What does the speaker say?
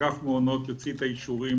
ואגף מעונות יוציא את האישורים